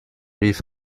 rief